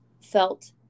felt